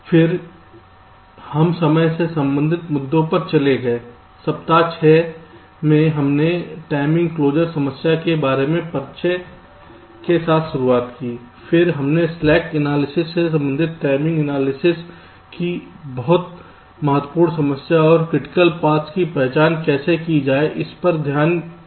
फिर हम समय से संबंधित मुद्दों पर चले गए सप्ताह 6 में हमने टाइमिंग क्लोजर समस्या के बारे में कुछ परिचय के साथ शुरुआत की फिर हमने स्लैक एनालिसिस से संबंधित टाइमिंग एनालिसिस की बहुत महत्वपूर्ण समस्या और क्रिटिकल पाथ्स की पहचान कैसे की इस पर ध्यान दिया